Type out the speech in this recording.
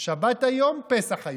שבת היום, פסח היום.